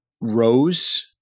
rose